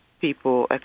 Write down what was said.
people